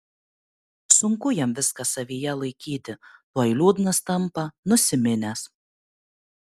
sunku jam viską savyje laikyti tuoj liūdnas tampa nusiminęs